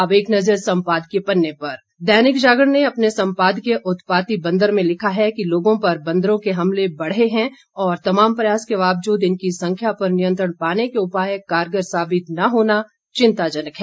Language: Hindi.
अब एक नजर संपादकीय पन्ने पर दैनिक जागरण ने अपने संपादकीय उत्पाती बंदर में लिखा है कि लोगों पर बंदरों के हमले बढ़े हैं और तमाम प्रयास के बावजूद इनकी संख्या पर नियंत्रण पाने के उपाय कारगर साबित न होना चिंताजनक है